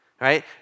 right